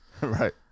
right